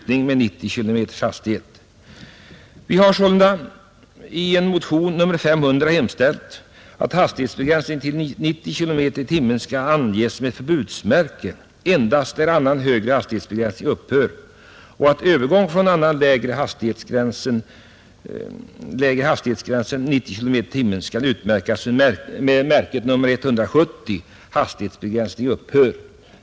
Vi har därför i en motion, nr 500, hemställt att hastighetsbegränsning till 90 km i timmen skall anges med förbudsmärke endast där annan högre hastighetsbegränsning upphör och att övergång från lägre hastighetsgräns än 90 km i timmen skall utmärkas med märke nr 170, ”Hastighetsbegränsning upphör”.